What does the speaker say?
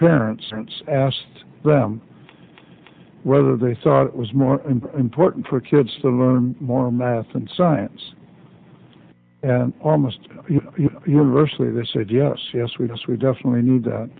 students asked them whether they thought it was more important for kids to learn more math and science or most universally they said yes yes we just we definitely knew that